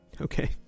Okay